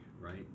right